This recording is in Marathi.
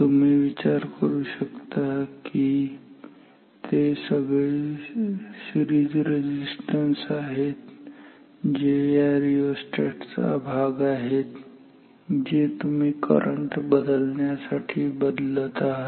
तुम्ही विचार करू शकता की ते सगळे सिरीज रेझिस्टन्स आहेत जे या रिओर्स्टॅट चा भाग आहेत जे तुम्ही करंट बदलण्यासाठी बदलत आहात